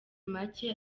make